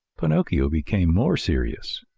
pinocchio became more serious.